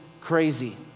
crazy